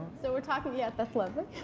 so we're talking yeah, that's lovely.